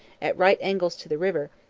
at right angles to the river,